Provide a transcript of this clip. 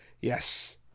yes